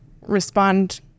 respond